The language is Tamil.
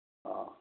ஆ